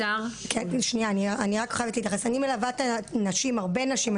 את הנשים, הרבה נשים.